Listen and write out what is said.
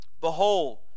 Behold